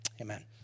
Amen